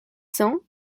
cents